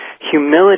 humility